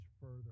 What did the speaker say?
further